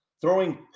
throwing